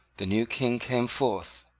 the new king came forth,